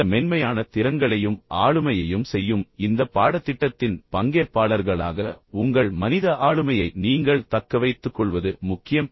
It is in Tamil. இந்த மென்மையான திறன்களையும் ஆளுமையையும் செய்யும் இந்த பாடத்திட்டத்தின் பங்கேற்பாளர்களாக உங்கள் மனித ஆளுமையை நீங்கள் தக்கவைத்துக்கொள்வது முக்கியம்